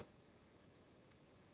Grazie,